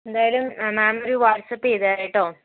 എന്തായാലും മാം ഒരു വാട്ട്സ്അപ്പ് ചെയ്തു തരാം കേട്ടോ